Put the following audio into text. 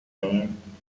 dance